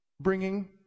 bringing